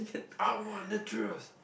I want the truth